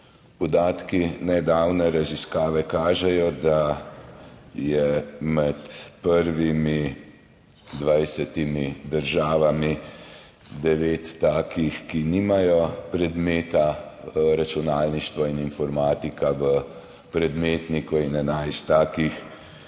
Podatki nedavne raziskave kažejo, da je med prvimi 20 državami devet takih, ki nimajo predmeta računalništvo in informatika v predmetniku, in enajst takih,